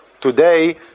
today